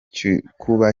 gikuba